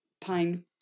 pine